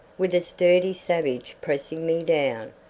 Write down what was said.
with a sturdy savage pressing me down,